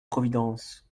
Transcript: providence